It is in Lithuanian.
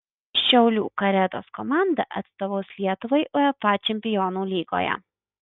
šiaulių karedos komanda atstovaus lietuvai uefa čempionų lygoje